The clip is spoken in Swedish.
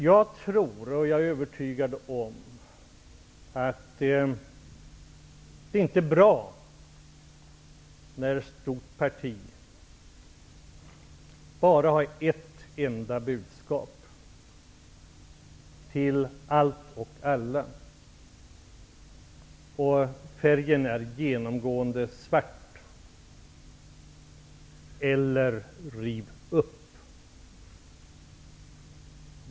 Jag är övertygad om att det inte är bra när ett stort parti har ett enda budskap till allt och alla, när färgen genomgående är svart och det bara gäller ''riv upp''.